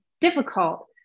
difficult